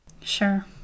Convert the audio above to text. Sure